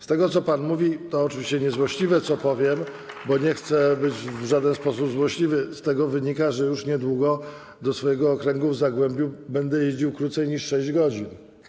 Z tego, co pan mówi - to oczywiście niezłośliwe, co powiem, bo nie chcę być w żaden sposób złośliwy - wynika, że już niedługo do swojego okręgu w Zagłębiu będę jeździł krócej niż 6 godzin.